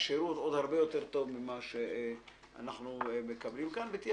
לשירות שהוא עוד הרבה יותר טוב ממה שאנחנו מקבלים כאן ותהיה